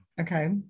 Okay